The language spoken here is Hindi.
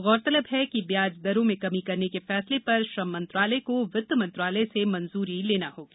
गौरतलब है कि ब्याज दरों में कमी करने के फैसले पर श्रम मंत्रालय को वित्त मंत्रालय से मंजूरी लेना होगी